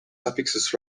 suffixes